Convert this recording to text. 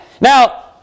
Now